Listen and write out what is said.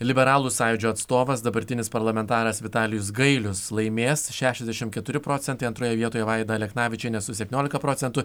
liberalų sąjūdžio atstovas dabartinis parlamentaras vitalijus gailius laimės šešiasdešimt keturi procentai antroje vietoje vaida aleknavičienė su septyniolika procentų